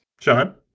Sean